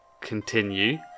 continue